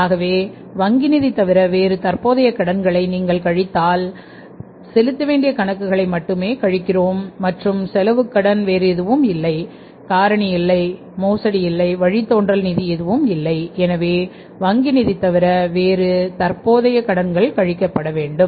ஆகவே வங்கி நிதி தவிர வேறு தற்போதைய கடன்களை நீங்கள் கழித்தால் நாங்கள் செலுத்த வேண்டிய கணக்குகளை மட்டுமே கழிக்கிறோம் மற்றும் செலவுக் கடன் வேறு எதுவும் இல்லை காரணி இல்லை மோசடி இல்லை வழித்தோன்றல் நிதி எதுவும் இல்லை எனவே வங்கி நிதி தவிர வேறு தற்போதைய கடன்கள் கழிக்கப்பட வேண்டும்